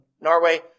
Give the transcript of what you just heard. Norway